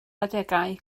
adegau